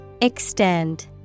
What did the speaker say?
extend